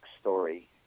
story